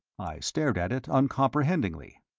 i stared at it uncomprehendingly.